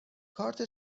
کارت